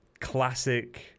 classic